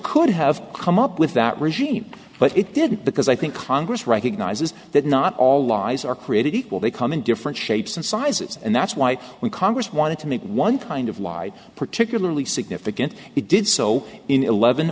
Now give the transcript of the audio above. could have come up with that regime but it didn't because i think congress recognizes that not all lies are created equal they come in different shapes and sizes and that's why when congress wanted to make one kind of lied particularly significant it did so in eleven